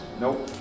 Nope